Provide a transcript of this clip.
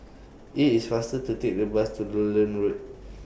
IT IS faster to Take The Bus to Lowland Road